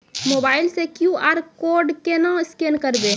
Mobile से QR code केना scan करबै?